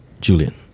Julian